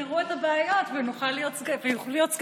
יפתרו את הבעיות ויוכלו להיות סגנים.